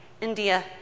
India